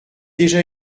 déjà